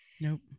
Nope